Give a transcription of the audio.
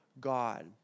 God